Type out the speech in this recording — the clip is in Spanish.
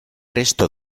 resto